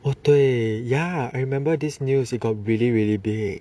oh 对 ya I remember this news it got really really big